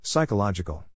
Psychological